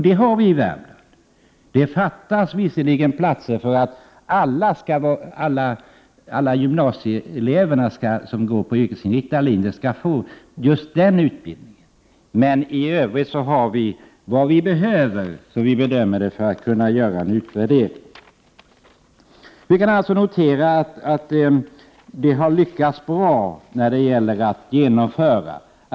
Det har vi gjort i Värmland. Visserligen fattas det platser för att alla gymnasieelever som går på yrkesinriktad linje skall få just den utbildningen, men i övrigt har vi — som vi bedömer det — vad vi behöver för att kunna göra en utvärdering. Vi kan således notera att man har lyckats bra när det gäller att genomföra ÖGY-utbildningen.